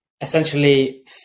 essentially